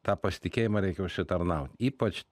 tą pasitikėjimą reikia užsitarnaut ypač